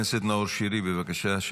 חבר הכנסת נאור שירי, בבקשה.